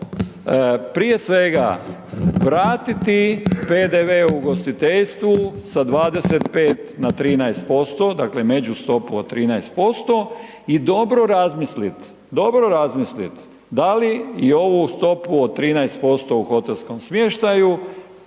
prije svega, vratiti PDV-u ugostiteljstvu sa 25 na 13%, dakle međustopu od 13% i dobro razmisliti, dobro razmisliti da li i ovu stopu od 13% u hotelskom smještaju